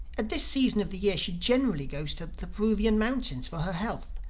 at this season of the year she generally goes to the peruvian mountains for her health.